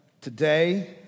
today